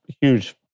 huge